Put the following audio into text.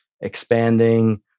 expanding